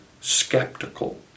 skeptical